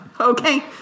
Okay